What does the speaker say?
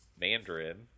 mandarin